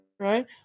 Right